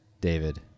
David